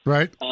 Right